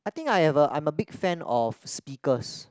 I think I have a I'm a big fan of speakers